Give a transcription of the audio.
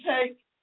take